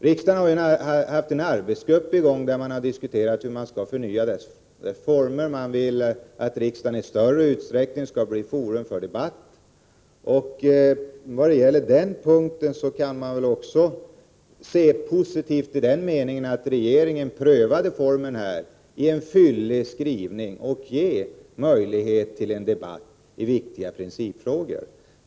Riksdagen har ju haft en arbetsgrupp där man diskuterat hur man skall förnya riksdagens arbetsformer; man vill att riksdagen i större utsträckning skall bli forum för debatt. Av det skälet kan man väl också se positivt på att regeringen prövat den här formen genom en fyllig skrivning och därmed givit möjlighet till en debatt i viktiga principfrågor.